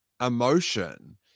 emotion